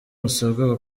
musabwa